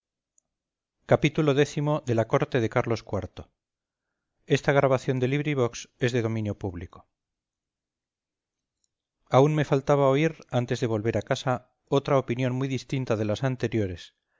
xxvi xxvii xxviii la corte de carlos iv de benito pérez galdós aún me faltaba oír antes de volver a casa otra opinión muy distinta de las anteriores